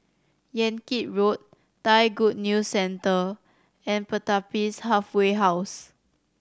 Yan Kit Road Thai Good News Centre and Pertapis Halfway House